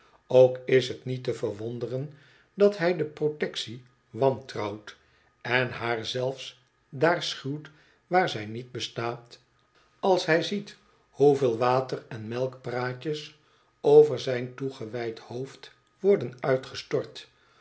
ook is t niette verwonderen dat hij de protectie wantrouwt en haar zelfsdaar schuwt waar jj niet bestaat als hij ziet hoeveel wateren m eik praatjes over zijn toegewijd hoofd worden uitgestort